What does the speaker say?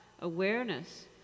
awareness